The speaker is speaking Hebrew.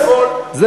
קודם כול, בסדר.